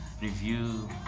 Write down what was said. review